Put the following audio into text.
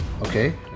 Okay